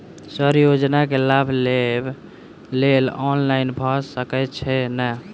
Sir योजना केँ लाभ लेबऽ लेल ऑनलाइन भऽ सकै छै नै?